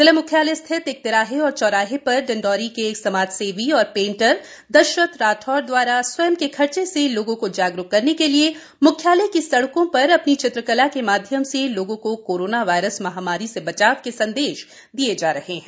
जिला म्ख्यालय स्थित हर तिराहे और चौराहों पर डिंडोरी के एक समाजसेवी व पेंटर दशरथ राठौर द्वारा स्वयं के खर्चे से लोगों को जागरूक करने के लिए मुख्यालय की सड़कों पर अपनी चित्रकला के माध्यम से लोगों को कोरोना वायरस महामारी से बचाव के संदेश दिए जा रहे हैं